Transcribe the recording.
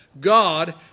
God